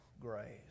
grace